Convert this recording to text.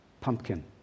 pumpkin